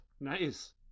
nice